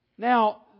Now